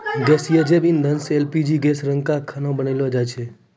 गैसीय जैव इंधन सँ एल.पी.जी गैस रंका खाना बनैलो जाय छै?